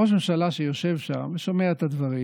ראש ממשלה שיושב שם ושומע את הדברים,